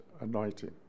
anointing